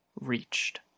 reached